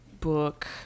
book